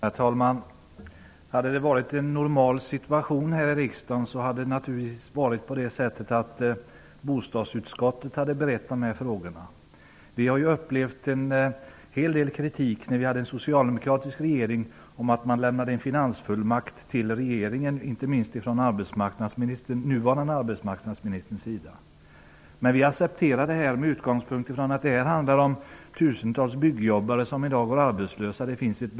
Herr talman! Om det varit en normal situation här i riksdagen hade naturligtvis bostadsutskottet berett dessa frågor. Vi har när det var en socialdemokratisk regering upplevt en hel del kritik mot att riksdagen lämnar en finansfullmakt till regeringen, inte minst från den nuvarande arbetsmarknadsministerns sida. Men vi accepterar detta med utgångspunkt från att det handlar om de tusentals byggjobbare som i dag går arbetslösa och att det finns behov.